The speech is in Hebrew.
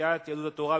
מסיעת יהדות התורה.